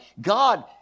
God